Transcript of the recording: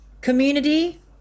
community